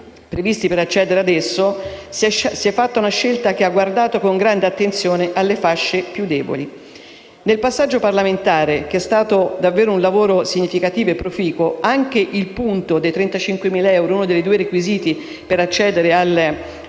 requisiti per accedere ad esso, si è fatta una scelta che ha guardato con grande attenzione alle fasce più deboli. Nel passaggio parlamentare, che ha costituito davvero un lavoro significativo e proficuo, anche il riferimento al reddito di 35.000 euro, uno dei due requisiti per accedere